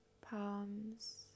palms